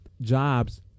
Jobs